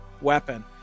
weapon